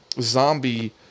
zombie